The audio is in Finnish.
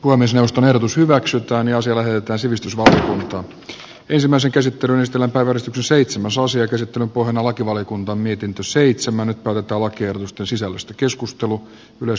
uimisjaoston ehdotus hyväksytään jo selvä joten sivistysval tuut ensimmäisen käsittelyn estellä päivän seitsemän soosia käsittelyn pohjana on lakivaliokunnan mietintö seitsemän odottava kirjoitusten sisällöstä keskustelu myös